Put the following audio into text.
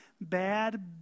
bad